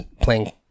playing